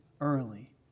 early